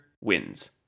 wins